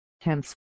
Hence